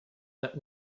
that